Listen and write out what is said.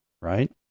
right